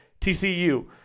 TCU